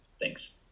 Thanks